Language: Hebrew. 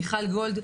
מיכל גולד,